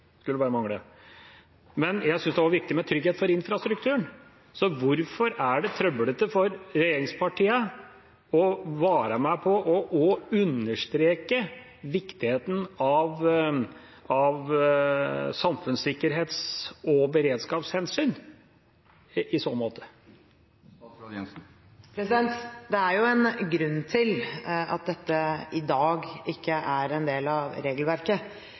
skulle bare mangle. Men jeg synes også det er viktig med trygghet for infrastrukturen, så hvorfor er det trøblete for regjeringspartiene å være med på å understreke viktigheten av samfunnssikkerhets- og beredskapshensyn i så måte? Det er en grunn til at dette i dag ikke er en del av regelverket,